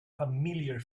familiar